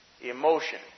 emotion